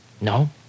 No